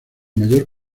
mayor